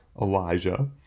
elijah